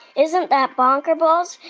isn't that bonker-balls?